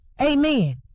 Amen